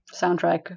soundtrack